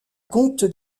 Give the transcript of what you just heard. compte